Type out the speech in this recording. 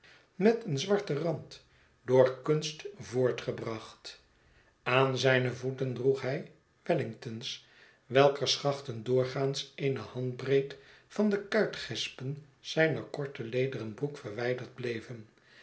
met een zwarten rand door kunst voortgebracht aan zijne voeten droeg hij wellingtons welker schachten doorgaans eene handbreed van de kuitgespen zijner korte lederen broek verwijderd bieven